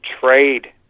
trade